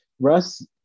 Russ